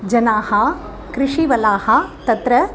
जनाः कृषिवलाः तत्र